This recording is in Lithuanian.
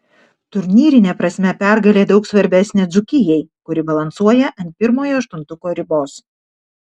turnyrine prasme pergalė daug svarbesnė dzūkijai kuri balansuoja ant pirmojo aštuntuko ribos